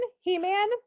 He-Man